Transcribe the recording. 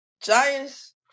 Giants